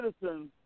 citizens